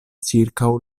ĉirkaŭ